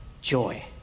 joy